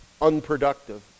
unproductive